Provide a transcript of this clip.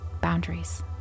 boundaries